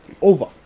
Over